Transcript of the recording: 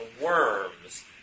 worms